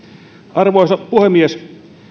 arvoisa puhemies